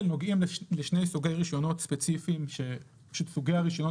נוגעים לשני סוגי רישיונות ספציפיים שמתבטלים.